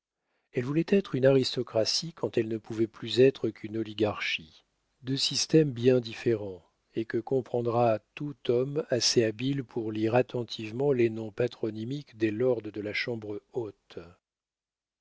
elle voulait être une aristocratie quand elle ne pouvait plus être qu'une oligarchie deux systèmes bien différents et que comprendra tout homme assez habile pour lire attentivement les noms patronymiques des lords de la chambre haute